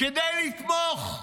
כדי לתמוך.